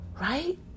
Right